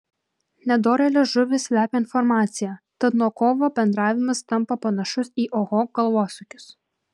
nedorėlės žuvys slepia informaciją tad nuo kovo bendravimas tampa panašus į oho galvosūkius